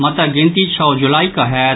मतक गिनती छओ जुलाई कऽ होयत